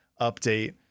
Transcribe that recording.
update